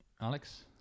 Alex